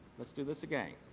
let's do this again.